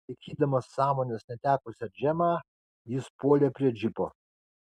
laikydamas sąmonės netekusią džemą jis puolė prie džipo